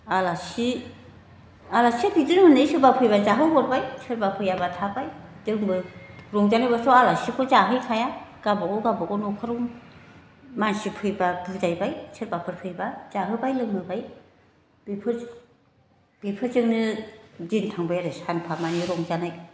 आलासि आलासिया बिदिनो हनै सोरबा फैबा जाहोहरबाय सोरबा फैयाबा थाबाय जोंबो रंजानायबासायाव आलासिखौ जाहैखाया गावबा गाव गावबा गाव न'खराव मानसि फैबा बुजायबाय सोरबा फैबा जाहोबाय लोंहोबाय बेफोर बेफोरजोंनो दिन थांबाय आरो सानफा मानि रंजानाय